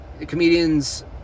comedians